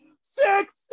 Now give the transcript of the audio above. six